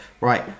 Right